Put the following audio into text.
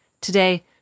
Today